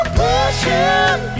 pushing